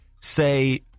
say